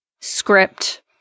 script